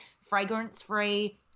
fragrance-free